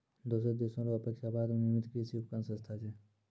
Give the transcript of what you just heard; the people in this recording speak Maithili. दोसर देशो रो अपेक्षा भारत मे निर्मित कृर्षि उपकरण सस्ता छै